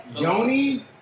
Yoni